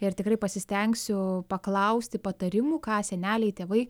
ir tikrai pasistengsiu paklausti patarimų ką seneliai tėvai